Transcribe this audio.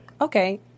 Okay